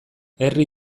herri